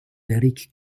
derrick